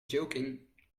joking